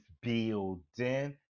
building